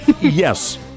Yes